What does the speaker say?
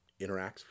interacts